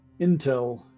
intel